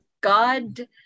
God